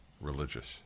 religious